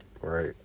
Right